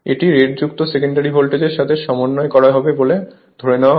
এটি রেটযুক্ত সেকেন্ডারি ভোল্টেজের সাথে সমন্বয় করা হবে বলে ধরে নেওয়া হয়